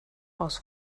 aus